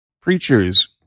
preachers